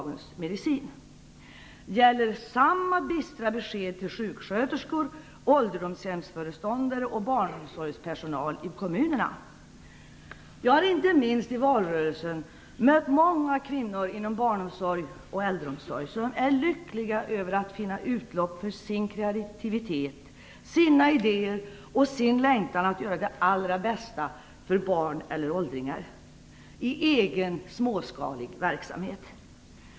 Gäller samma bistra besked för sjuksköterskor, ålderdomshemsföreståndare och barnomsorgspersonal i kommunerna? Jag har inte minst i valrörelsen mött många kvinnor inom barnomsorg och äldreomsorg som är lyckliga över att finna utlopp för sin kreativitet, sina idéer och sin längtan att göra det allra bästa för barn eller åldringar i egen småskalig verksamhet.